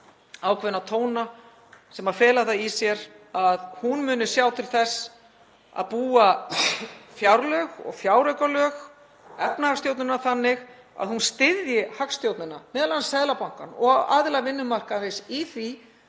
ákveðna tóna sem fela það í sér að hún muni sjá til þess að fjárlög og fjáraukalög — efnahagsstjórnin sé þannig að hún styðji hagstjórnina, m.a. Seðlabankann og aðila vinnumarkaðarins, í því